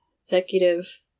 executive